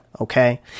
okay